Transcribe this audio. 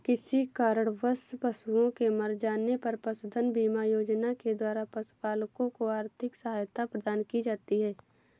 किसी कारणवश पशुओं के मर जाने पर पशुधन बीमा योजना के द्वारा पशुपालकों को आर्थिक सहायता प्रदान की जाती है